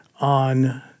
on